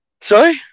Sorry